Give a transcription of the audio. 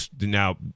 Now